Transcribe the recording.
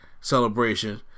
celebration